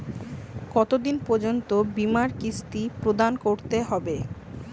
কতো দিন পর্যন্ত বিমার কিস্তি প্রদান করতে হবে?